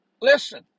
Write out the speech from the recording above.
Listen